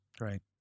Right